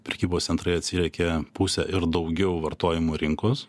prekybos centrai atsiriekia pusę ir daugiau vartojimo rinkos